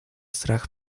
strach